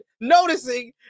noticing